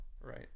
Right